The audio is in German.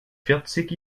vierzig